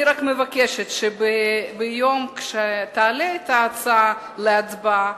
אני רק מבקשת שכשתעלה ההצעה להצבעה,